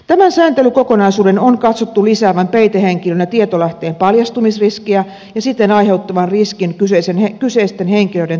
tämän sääntelykokonaisuuden on katsottu lisäävän peitehenkilönä tietolähteen paljastumisriskiä ja siten aiheuttavan riskin kyseisten henkilöiden turvallisuudelle